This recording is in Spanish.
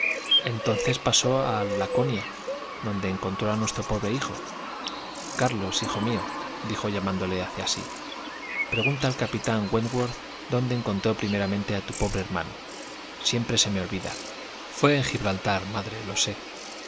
entonces pasó al laconia donde encontró a nuestro pobre hijo carlos hijo míodijo llamándole hacia sí pregunta al capitán wentworth dónde encontró primeramente a tu pobre hermano siempre se me olvida fué en gibraltar madre lo sé